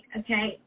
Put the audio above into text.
okay